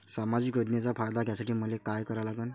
सामाजिक योजनेचा फायदा घ्यासाठी मले काय लागन?